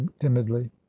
timidly